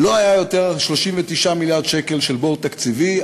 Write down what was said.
לא היה יותר 39 מיליארד שקל של בור תקציבי,